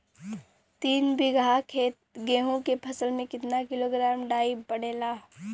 तीन बिघा गेहूँ के फसल मे कितना किलोग्राम डाई पड़ेला?